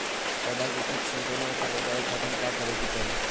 पौधा के कीट संक्रमण से बचावे खातिर का करे के चाहीं?